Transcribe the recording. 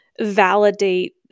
validate